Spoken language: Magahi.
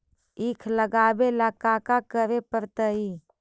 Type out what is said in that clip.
ईख लगावे ला का का करे पड़तैई?